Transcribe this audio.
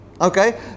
Okay